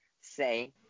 say